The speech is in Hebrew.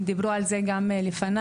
דיברו על זה גם כן לפניי,